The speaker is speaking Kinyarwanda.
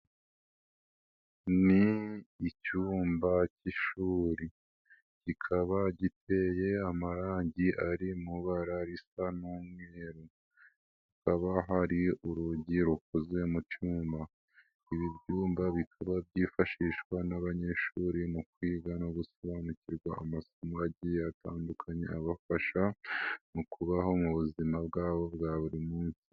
Ni icyuyumba cy'ishuri kikaba giteye amarangi ari mu mabara y'umweru, hakaba hari urugi rukozwe mu cyuma. Ibi byumba bikaba byifashishwa n'abanyeshuri mu kwiga no gusobanukirwa amasomo agiye atandukanye abafasha mu kubaho mu buzima bwabo bwa buri munsi.